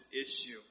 issue